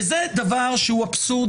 וזה דבר שהוא אבסורד,